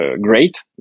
great